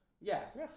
yes